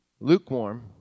lukewarm